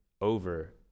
over